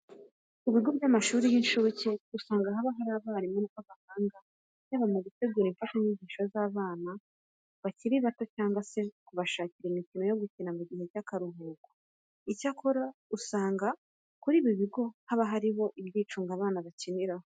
Ku bigo by'amashuri y'incuke usanga haba hari abarimu b'abahanga yaba mu gutegura imfashanyigisho z'abana baba bakiri bato cyangwa se kubashakira imikino yo gukina mu gihe cy'akaruhuko. Icyakora, usanga kuri ibi bigo haba hariho ibyicungo abana bakiniraho.